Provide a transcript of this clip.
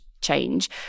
change